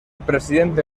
presidente